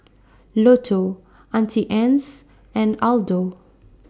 Lotto Auntie Anne's and Aldo